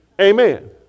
Amen